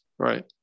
Right